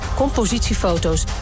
compositiefoto's